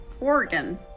Oregon